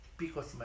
Picos